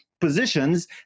positions